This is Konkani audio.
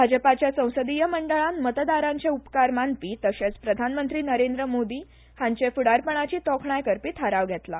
भाजपाच्या संसदिय मंडळान मतदारांचे उपकार मानपी तशेच प्रधानमंत्री नरेंद्र मोदी हांचे फुडारपणाची तोखणाय करपी थाराव घेतला